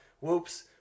whoops